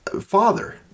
father